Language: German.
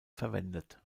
verwendet